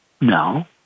No